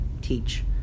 teach